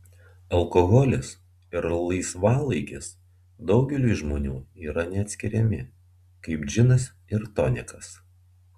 alkoholis ir laisvalaikis daugeliui žmonių yra neatskiriami kaip džinas ir tonikas